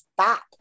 stop